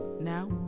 now